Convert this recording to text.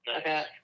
Okay